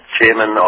chairman